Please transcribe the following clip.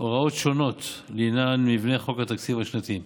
הוראות שונות לעניין מבנה חוק התקציב השנתי,